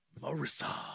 marissa